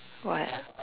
what